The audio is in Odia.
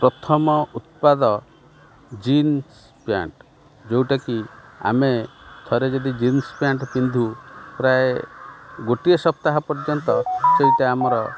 ପ୍ରଥମ ଉତ୍ପାଦ ଜିନ୍ସ ପ୍ୟାଣ୍ଟ୍ ଯୋଉଟାକି ଆମେ ଥରେ ଯଦି ଜିନ୍ସ ପ୍ୟାଣ୍ଟ୍ ପିନ୍ଧୁ ପ୍ରାୟ ଗୋଟିଏ ସପ୍ତାହ ପର୍ଯ୍ୟନ୍ତ ସେଇଟା ଆମର